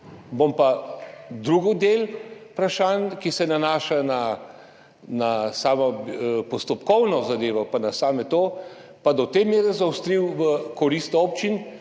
Bom pa drugi del vprašanj, ki se nanaša na samo postopkovno zadevo in na to, pa do te mere zaostril v korist občin,